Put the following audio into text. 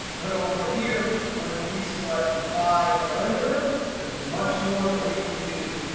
but over here, when we select by delimiter, there's much more that we can do.